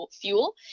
fuel